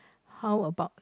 how about